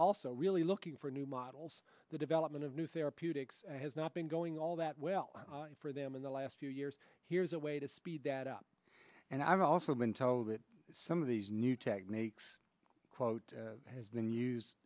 also really looking for new models the development of new therapeutics has not been going all that well for them in the last few years here's a way to speed that up and i've also been told that some of these new techniques quote